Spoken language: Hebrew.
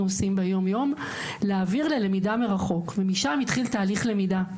עושים ביום יום להעביר ללמידה מרחוק ומשם התחיל תהליך למידה.